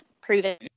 proven